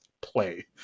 play